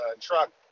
truck